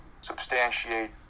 substantiate